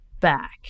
back